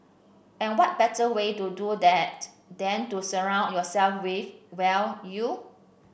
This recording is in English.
and what better way to do that than to surround yourself with well you